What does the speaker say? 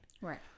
Right